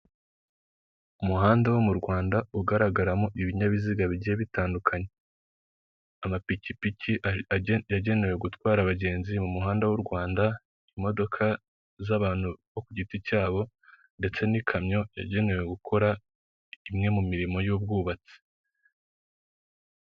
Umuhanda wo m'u Rwanda ugaragaramo ibinyabiziga bigiye bitandukanye, amapikipiki yagenewe gutwara abagenzi m'umuhanda w'u Rwanda, imodoka z'abantu bo ku giti cyabo, ndetse n'ikamyo yagenewe gukora imwe mu mirimo y'ubwubatsi.